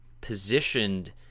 positioned